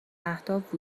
اهداف